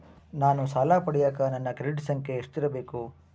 ನಾನು ಸಾಲ ಪಡಿಯಕ ನನ್ನ ಕ್ರೆಡಿಟ್ ಸಂಖ್ಯೆ ಎಷ್ಟಿರಬೇಕು?